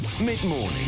Mid-morning